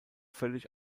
völlig